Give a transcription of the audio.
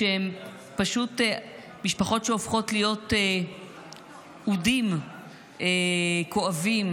כשהן פשוט משפחות שהופכות להיות אודים כואבים,